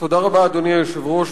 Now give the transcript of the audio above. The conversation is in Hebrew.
תודה רבה, אדוני היושב-ראש.